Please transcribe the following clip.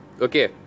Okay